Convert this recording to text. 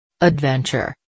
Adventure